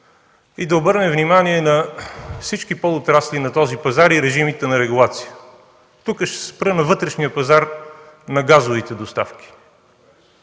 да обърнем внимание на всички подотрасли на този пазар и режимите на регулация. Тук ще се спра на вътрешния пазар на газовите доставки.